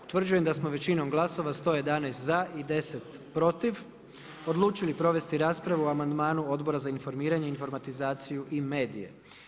Utvrđujem da smo većinom glasova, 111 za i 10 protiv odlučili provesti raspravu o amandmanu Odbora za informiranje, informatizaciju i medije.